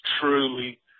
truly